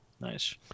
Nice